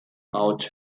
ahotsa